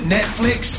Netflix